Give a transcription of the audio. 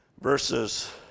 Verses